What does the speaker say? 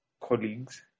colleagues